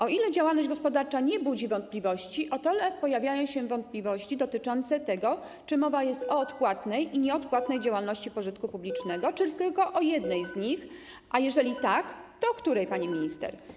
O ile działalność gospodarcza nie budzi wątpliwości, o tyle pojawiają się wątpliwości dotyczące tego, czy mowa jest o odpłatnej i nieodpłatnej działalności pożytku publicznego czy tylko o jednej z nich, a jeżeli tak, to o której, pani minister?